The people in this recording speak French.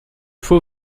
faux